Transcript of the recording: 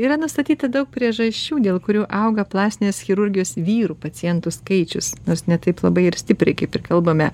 yra nustatyta daug priežasčių dėl kurių auga plastinės chirurgijos vyrų pacientų skaičius nors ne taip labai ir stipriai kaip ir kalbame